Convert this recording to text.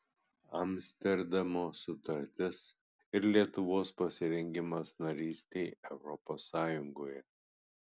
amsterdamo sutartis ir lietuvos pasirengimas narystei europos sąjungoje